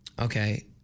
Okay